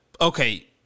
okay